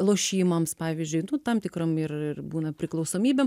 lošimams pavyzdžiui nu tam tikram ir ir būna priklausomybėm